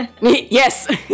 yes